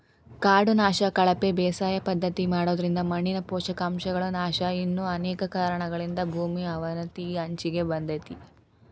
ಕಾಡು ನಾಶ, ಕಳಪೆ ಬೇಸಾಯ ಪದ್ಧತಿ ಮಾಡೋದ್ರಿಂದ ಮಣ್ಣಿನ ಪೋಷಕಾಂಶಗಳ ನಾಶ ಇನ್ನು ಅನೇಕ ಕಾರಣಗಳಿಂದ ಭೂಮಿ ಅವನತಿಯ ಅಂಚಿಗೆ ಬಂದೇತಿ